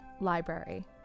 library